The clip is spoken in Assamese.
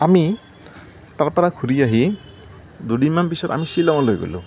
আমি তাৰপৰা ঘূৰি আহি দুদিনমান পিছত আমি শ্বিলংলৈ গ'লো